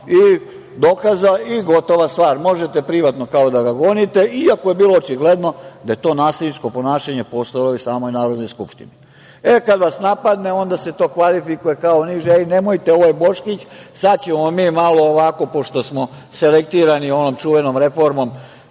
dokaza, i gotova stvar. Možete kao privatno da ga gonite, iako je bilo očigledno da je to nasilničko ponašanje postojalo i u samoj Narodnoj skupštini.E, kada vas napadne, onda se to kvalifikuje kao niže. Ej, nemojte, ovo je Boškić, sad ćemo mi malo ovako pošto smo selektirani onom čuvenom reformom,